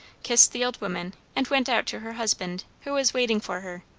kissed the old woman, and went out to her husband, who was waiting for her.